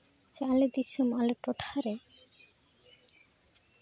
ᱥᱮ ᱟᱞᱮ ᱫᱤᱥᱚᱢ ᱟᱞᱮ ᱴᱚᱴᱷᱟ ᱨᱮ